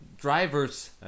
Driver's